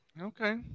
Okay